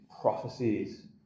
prophecies